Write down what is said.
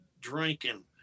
drinking